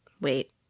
wait